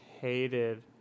hated